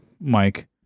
mike